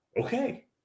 okay